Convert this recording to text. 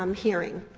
um hearing.